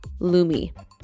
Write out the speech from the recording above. Lumi